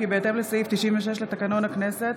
כי בהתאם לסעיף 96 לתקנון הכנסת,